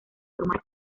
formar